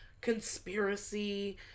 conspiracy